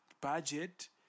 budget